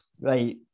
Right